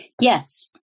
Yes